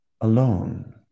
alone